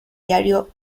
diario